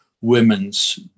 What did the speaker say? women's